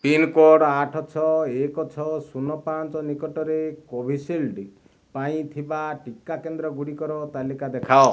pincode ଆଠ ଛଅ ଏକ ଛଅ ଶୂନ ପାଞ୍ଚ ନିକଟରେ କୋଭିଶିଲ୍ଡ୍ ପାଇଁ ଥିବା ଟିକା କେନ୍ଦ୍ରଗୁଡ଼ିକର ତାଲିକା ଦେଖାଅ